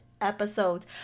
episode